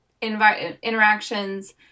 interactions